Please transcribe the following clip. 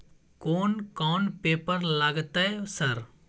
कोन कौन पेपर लगतै सर?